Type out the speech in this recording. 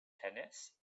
tennis